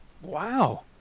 Wow